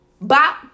Bop